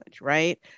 right